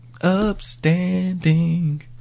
upstanding